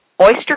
Oyster